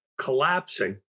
collapsing